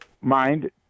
mind